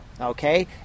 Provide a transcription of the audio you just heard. okay